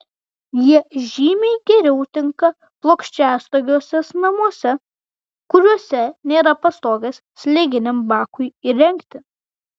jie žymiai geriau tinka plokščiastogiuose namuose kuriuose nėra pastogės slėginiam bakui įrengti